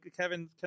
Kevin